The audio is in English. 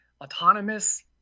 autonomous